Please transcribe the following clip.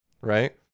right